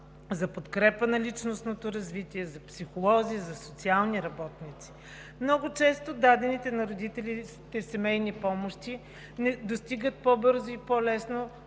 за подкрепа на личностното развитие, за психолози, за социални работници. Много често дадените на родителите семейни помощи достигат по-бързо и по-лесно